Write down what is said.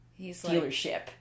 dealership